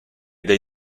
dei